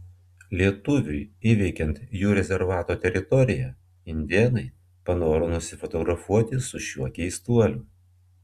lietuviui įveikiant jų rezervato teritoriją indėnai panoro nusifotografuoti su šiuo keistuoliu